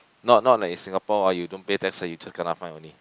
not not like in Singapore ah you don't pay tax you kena fine only